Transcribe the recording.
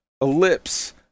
ellipse